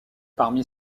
parmi